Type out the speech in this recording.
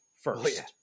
first